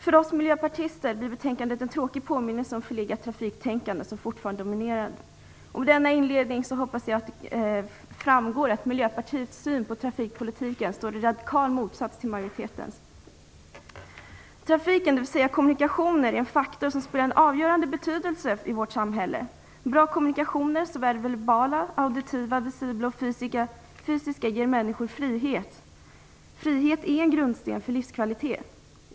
För oss miljöpartister blir betänkandet en tråkig påminnelse om förlegat trafiktänkande, som fortfarande dominerar. Med denna inledning hoppas jag att det framgår att Miljöpartiets syn på trafikpolitiken står i radikal motsats till majoritetens. Trafiken, dvs. kommunikationerna, är en faktor som har avgörande betydelse i vårt samhälle. Bra kommunikationer - såväl verbala, auditiva och visibla som fysiska - ger människor frihet. Frihet är en grundsten för livskvalitet.